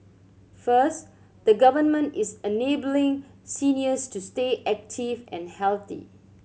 first the Government is enabling seniors to stay active and healthy